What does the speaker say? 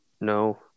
No